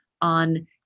on